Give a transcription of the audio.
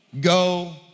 Go